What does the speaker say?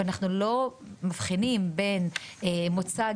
ואנחנו לא מבחינים בין מוצא,